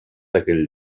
aquell